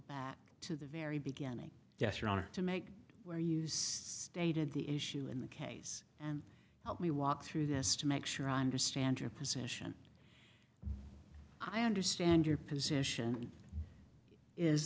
back to the very beginning yes your honor to make where use stated the issue in the case and help me walk through this to make sure i understand your position i understand your position is